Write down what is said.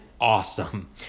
awesome